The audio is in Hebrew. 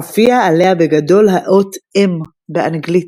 הופיעה עליה בגדול האות M באנגלית.